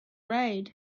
raid